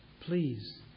Please